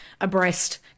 abreast